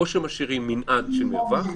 או שמשאירים מנעד של מרווח,